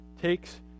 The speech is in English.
takes